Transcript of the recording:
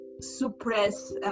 suppress